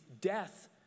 death